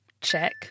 Check